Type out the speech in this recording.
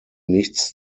nichts